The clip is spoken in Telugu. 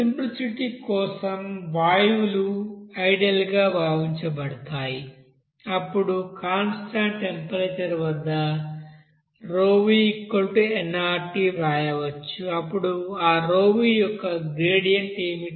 సింప్లిసిటీ కోసం వాయువులు ఐడీఎల్ గా భావించబడతాయి అప్పుడు కాన్స్టాంట్ టెంపరేచర్ వద్ద pVnRT వ్రాయవచ్చు అప్పుడు ఆ pV యొక్క గ్రేడియంట్ ఏమిటి